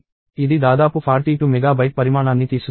ఇది దాదాపు 42 MB పరిమాణాన్ని తీసుకుంటుంది